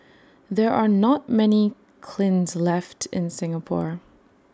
there are not many kilns left in Singapore